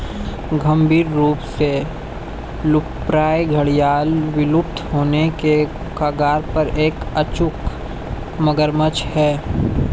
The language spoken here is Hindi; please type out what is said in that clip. गंभीर रूप से लुप्तप्राय घड़ियाल विलुप्त होने के कगार पर एक अचूक मगरमच्छ है